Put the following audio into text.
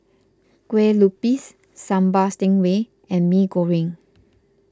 Kueh Lupis Sambal Stingray and Mee Goreng